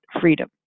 freedom